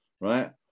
right